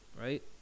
right